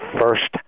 first